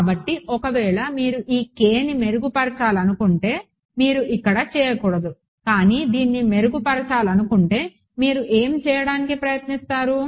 కాబట్టి ఒకవేళ మీరు ఈ k ని మెరుగుపరచాలనుకుంటే మీరు ఇక్కడ చేయకూడదు కానీ దీన్ని మెరుగుపరచాలనుకుంటే మీరు ఏమి చేయడానికి ప్రయత్నిస్తారు